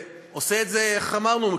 ועושה את זה, איך אמרנו?